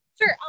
Sure